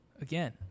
again